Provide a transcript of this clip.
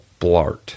blart